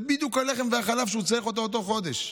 זה בדיוק הלחם והחלב שהוא צריך באותו חודש.